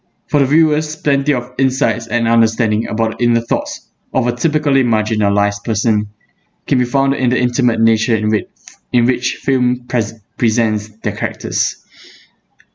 for the viewers plenty of insights and understanding about the inner thoughts of a typically marginalized person can be found in the intimate nature in whi~ in which film pres~ presents their characters